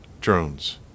drones